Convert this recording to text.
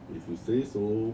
if you say so